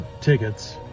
tickets